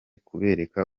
kubereka